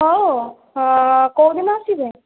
ହଉ ହଉ କେଉଁ ଦିନ ଆସିବେ